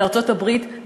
בארצות-הברית,